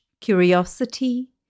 curiosity